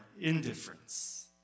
indifference